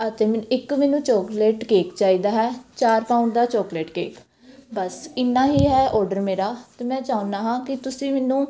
ਅਤੇ ਮੈਨੂੰ ਇੱਕ ਮੈਨੂੰ ਚੋਕਲੇਟ ਕੇਕ ਚਾਹੀਦਾ ਹੈ ਚਾਰ ਪਾਊਂਡ ਦਾ ਚੋਕਲੇਟ ਕੇਕ ਬਸ ਇੰਨਾ ਹੀ ਹੈ ਔਡਰ ਮੇਰਾ ਅਤੇ ਮੈਂ ਚਾਹੁੰਦਾ ਹਾਂ ਕਿ ਤੁਸੀਂ ਮੈਨੂੰ